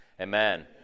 amen